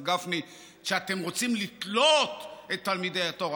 גפני: אתם רוצים לתלות את תלמידי התורה.